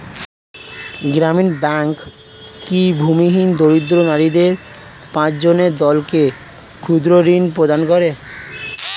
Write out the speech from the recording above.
গ্রামীণ ব্যাংক কি ভূমিহীন দরিদ্র নারীদের পাঁচজনের দলকে ক্ষুদ্রঋণ প্রদান করে?